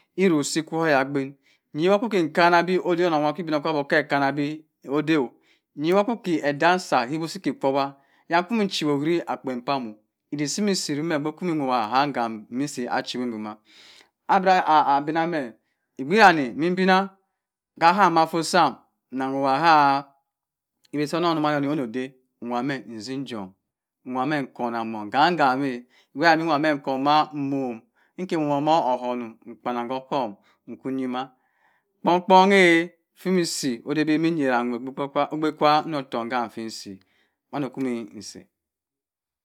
Eruk si kwu oyabin wino nku keh nkana bhe obinokpabi keh ekana bhe kodeh yino kwuku edam sa ike kwowa akwumocho oweri akpen pam-oh idik si mi si romeh ogbekwu mun woya ham min chin boma abara abina-meh egbera meh meh mbina kaham mah eforr sam nawa he ewe soh onung oyanoyan omo odey meh nsinjom nwaeh nkona meng jan kam-eh wurabin womma nko mma mum nkum wan mma ngwen nyima kpong kpon eb feh min si odey beh etiminyeran nwer otom kanham fhin nsi man oh okawumin nsi.